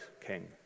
king